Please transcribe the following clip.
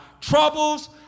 troubles